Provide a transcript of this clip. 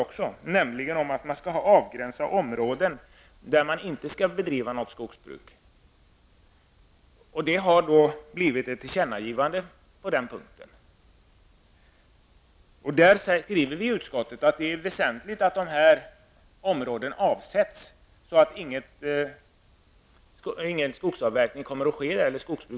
Frågan gäller om man kan avgränsa områden där det inte skall bedrivas skogsbruk. På den punkten har det gjorts ett tillkännagivande. Utskottet skriver att det är väsentligt att dessa områden avsätts så att ingen skogsavverkning kan ske där.